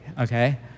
okay